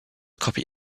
copy